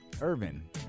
Irvin